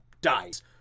dies